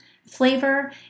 flavor